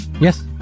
Yes